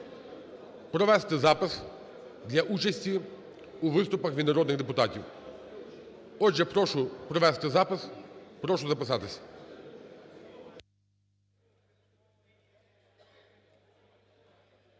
провести запис для участі у виступах від народних депутатів. Отже, прошу провести запис, прошу записатись.